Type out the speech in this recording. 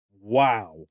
Wow